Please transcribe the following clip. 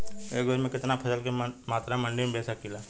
एक बेर में कितना फसल के मात्रा मंडी में बेच सकीला?